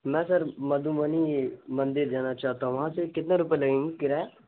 میں سر مدھوبنی مندر جانا چاہتا ہوں وہاں سے کتنے روپے لگیں گے کرایہ